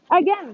again